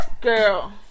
girl